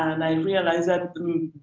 and i realized that